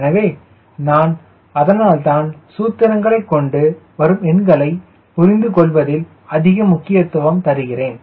எனவே நான் அதனால்தான் சூத்திரங்களைக் கொண்டு வரும் எண்களை புரிந்து கொள்வதில் அதிக முக்கியத்துவம் தருகிறேன்